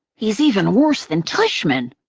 he's even worse than tushman!